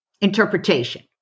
interpretation